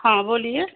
हाँ बोलिए